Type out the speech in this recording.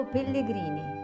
Pellegrini